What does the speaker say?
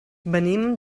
venim